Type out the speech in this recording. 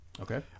Okay